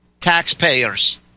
taxpayers